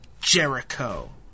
Jericho